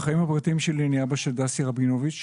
בחיים הפרטיים שלי אני אבא של דסי רבינוביץ'.